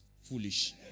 Foolish